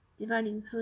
Dividing